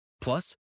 Plus